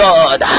God